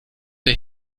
der